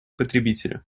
потребителя